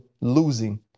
losing